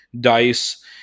dice